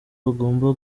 bagomba